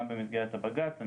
גם במסגרת הבג"צ,